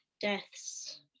deaths